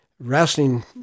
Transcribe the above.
Wrestling